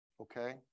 Okay